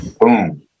Boom